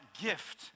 gift